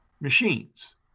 machines